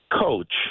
coach